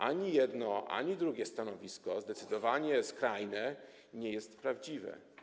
Ani jedno, ani drugie stanowisko, zdecydowanie skrajne, nie jest prawdziwe.